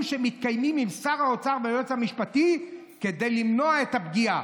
שמתקיימים עם שר האוצר והיועץ המשפטי כדי למנוע את הפגיעה,